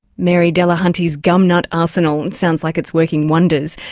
mary delahunty's gum nut arsenal it sounds like it's working wonders.